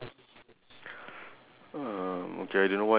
tell you what's the difference thing